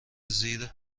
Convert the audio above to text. زیر